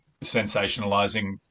sensationalizing